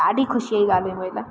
ॾाढी ख़ुशीअ ई ॻाल्हि हुई मुंहिंजे लाइ